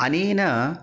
अनेन